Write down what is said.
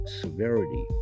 severity